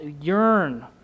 yearn